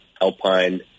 alpine